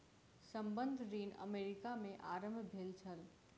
संबंद्ध ऋण अमेरिका में आरम्भ भेल छल